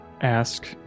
ask